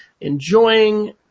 enjoying